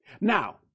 now